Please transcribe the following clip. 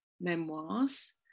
memoirs